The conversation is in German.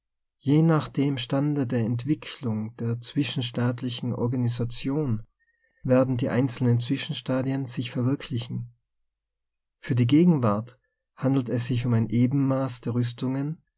je nach dem stande der entwicklung der zwischenstaatlichen organisation werden die einzelnen zwischenstadien sich verwirk liehen für die gegenwart handelt es sich um ein ebenmaß der rüstungen